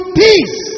peace